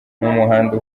n’umuhanda